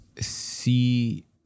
see